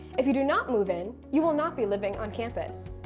if you do not move in you will not be living on campus,